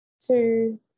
two